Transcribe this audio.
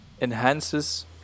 enhances